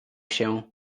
się